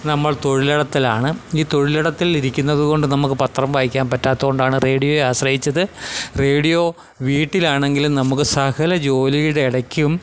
നമ്മൾ തൊഴിലിടത്തിലാണ് ഈ തൊഴിലിടത്തിൽ ഇരിക്കുന്നതുകൊണ്ട് നമുക്ക് പത്രം വായിക്കാൻ പറ്റാത്തതുകൊണ്ടാണ് റേഡിയോയെ ആശ്രയിച്ചത് റേഡിയോ വീട്ടിലാണെങ്കിലും നമുക്ക് സകല ജോലിയുടെ ഇടയ്ക്കും